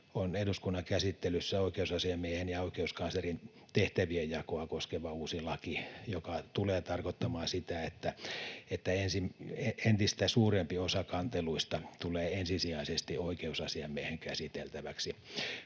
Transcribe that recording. on eduskunnan käsittelyssä oikeusasiamiehen ja oikeuskanslerin tehtävien jakoa koskeva uusi laki, joka tulee tarkoittamaan sitä, että entistä suurempi osa kanteluista tulee ensisijaisesti oikeusasiamiehen käsiteltäväksi.